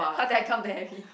how do I come to admit